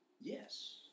Yes